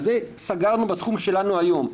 את זה סגרנו בתחום שלנו היום.